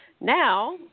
now